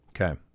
Okay